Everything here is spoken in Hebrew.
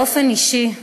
באופן אישי,